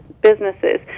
businesses